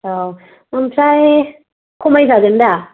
औ आमफ्राय खमाय जागोन दा